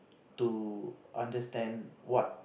to understand what